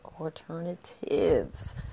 Alternatives